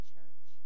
church